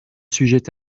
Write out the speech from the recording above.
sujette